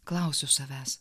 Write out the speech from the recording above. klausiu savęs